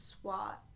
SWAT